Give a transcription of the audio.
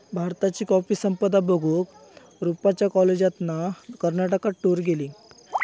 भारताची कॉफी संपदा बघूक रूपच्या कॉलेजातना कर्नाटकात टूर गेली